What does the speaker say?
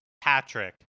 Patrick